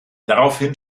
daraufhin